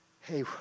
hey